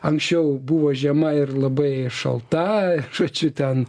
anksčiau buvo žiema ir labai šalta žodžiu ten